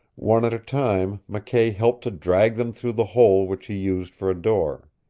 one at a time mckay helped to drag them through the hole which he used for a door.